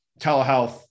telehealth